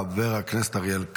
חבר הכנסת אריאל קלנר,